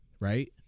right